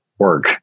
work